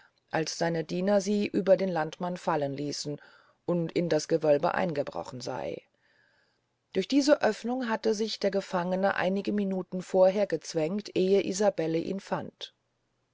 als seine diener sie über den landmann fallen liessen und in das gewölbe eingebrochen sey durch diese oefnung hatte sich der gefangene einige minuten vorher gezwängt ehe isabelle ihn fand